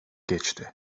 geçti